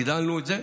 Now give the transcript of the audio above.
הגדלנו את זה,